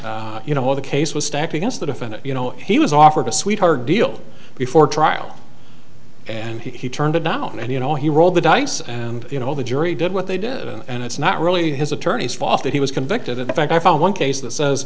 could you know the case was stacked against the defendant you know he was offered a sweetheart deal before trial and he turned it down and you know he rolled the dice and you know the jury did what they did and it's not really his attorney's fault that he was convicted in fact i found one case that says